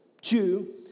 Two